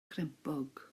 crempog